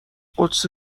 قدسی